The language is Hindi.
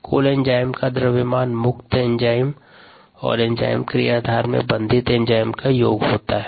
कुल एंजाइम का द्रव्यमान मुक्त एंजाइम और एंजाइम क्रियाधार में बंधित एंजाइम का योग है